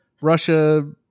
Russia